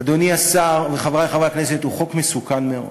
אדוני השר, חברי חברי הכנסת, הוא חוק מסוכן מאוד.